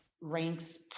ranks